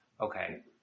Okay